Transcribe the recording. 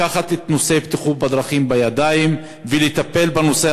לקחת את נושא הבטיחות בדרכים בידיים ולטפל בו.